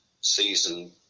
season